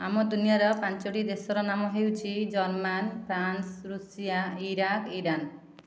ଆମ ଦୁନିଆର ପାଞ୍ଚୋଟି ଦେଶର ନାମ ହେଉଛି German France Russia Iraq Iran